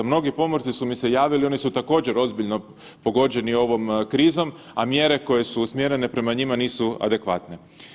Mnogi pomorci su mi se javili oni su također ozbiljno pogođeni ovom krizom, a mjere koje su usmjerene prema njima nisu adekvatne.